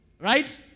Right